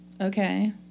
Okay